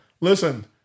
listen